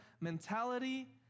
mentality